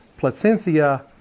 Placencia